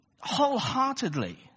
wholeheartedly